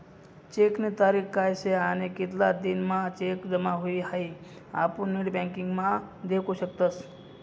चेकनी तारीख काय शे आणि कितला दिन म्हां चेक जमा हुई हाई आपुन नेटबँकिंग म्हा देखु शकतस